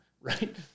right